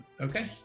Okay